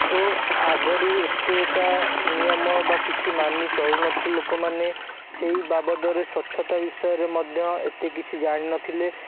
ଓ ଆଗରୁ ଏତେଟା ନିୟମ ବା କିଛି ମାନି ଚଳୁନଥିଲେ ଲୋକମାନେ ସେଇ ବାବଦରେ ସ୍ୱଚ୍ଛତା ବିଷୟରେ ମଧ୍ଯ ଏତେ କିଛି ଜାଣିନଥିଲେ